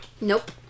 Nope